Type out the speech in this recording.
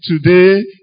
today